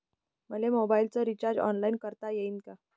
मले मोबाईलच recharge online करता येईन का?